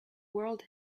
world